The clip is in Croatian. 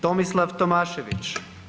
Tomislav Tomašević.